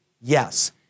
Yes